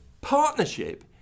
partnership